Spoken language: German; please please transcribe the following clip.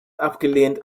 abgelehnt